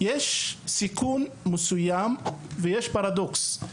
יש סיכון מסוים ויש פרדוקס.